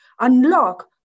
unlock